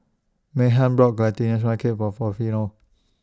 Meghann brought Glutinous Rice Cake For Porfirio